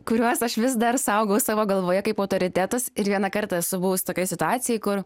kuriuos aš vis dar saugau savo galvoje kaip autoritetus ir vieną kartą esu buvus tokioj situacijoj kur